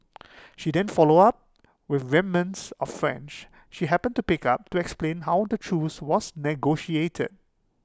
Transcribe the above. she then followed up with remnants of French she happened to pick up to explain how the truce was negotiated